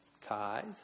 Tithe